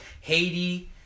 Haiti